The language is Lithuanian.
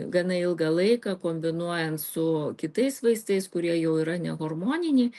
gana ilgą laiką kombinuojant su kitais vaistais kurie jau yra nehormoniniai